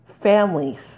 families